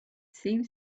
seemed